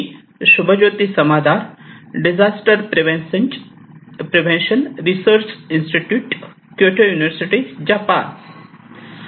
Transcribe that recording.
me Shubhajyoti Samadar disaster prevention research institute Kyoto university Japan Kyoto University Japan